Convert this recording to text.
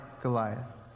Goliath